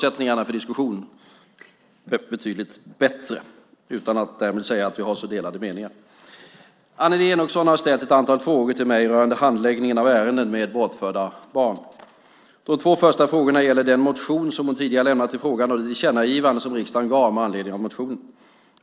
Herr talman! Annelie Enochson har ställt ett antal frågor till mig rörande handläggningen av ärenden med bortförda barn. De två första frågorna gäller den motion som hon tidigare lämnat i frågan och det tillkännagivande som riksdagen gav med anledning av motionen .